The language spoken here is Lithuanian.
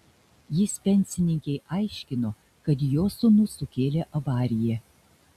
jis pensininkei aiškino kad jos sūnus sukėlė avariją